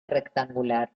rectangular